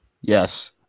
Yes